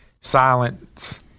Silence